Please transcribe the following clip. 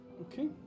Okay